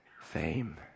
fame